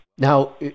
Now